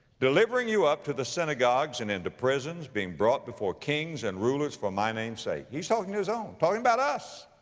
delivering you up to the synagogues, and into prisons, being brought before kings and rulers for my name's sake. he's talking to his own, talking about us.